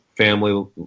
family